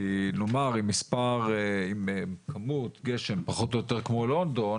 כי נאמר עם כמות גשם פחות או יותר כמו לונדון,